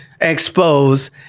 Expose